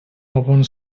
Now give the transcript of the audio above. opened